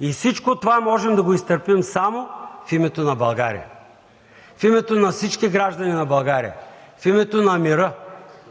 и всичко това можем да го изтърпим само в името на България, в името на всички граждани на България, в името на мира